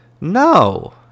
No